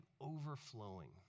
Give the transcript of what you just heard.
Overflowing